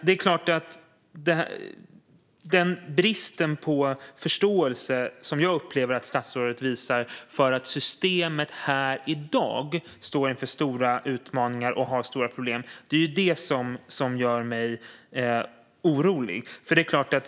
Den brist på förståelse som jag upplever att statsrådet visar för att systemet här och i dag står inför stora utmaningar och har stora problem är vad som gör mig orolig.